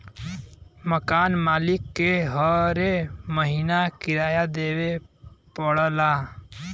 मकान मालिक के हरे महीना किराया देवे पड़ऽला